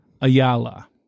Ayala